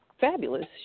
fabulous